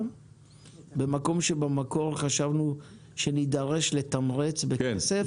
במקום שבמקור חשבנו שנידרש לתמרץ בכסף,